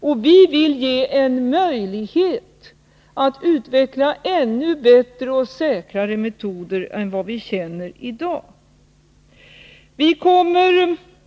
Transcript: Vi vill åstadkomma en möjlighet att utveckla ännu bättre och säkrare metoder än vi i dag känner.